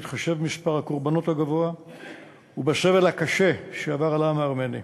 בהתחשב במספר הקורבנות הגבוה ובסבל הקשה שעבר על העם הארמני.